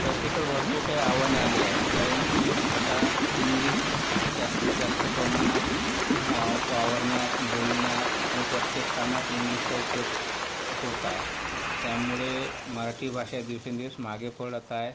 तशी तर भरपूर काही आव्हाने आली आहेत कारण की आता इंग्लिश जास्तीत जास्त प्रमाणात वावरण्यात बोलण्यात आणि प्रत्येक कामात इंग्लिशचा उपयोग होत आहे त्यामुळे मराठी भाषा दिवसेंदिवस मागे पडत आहे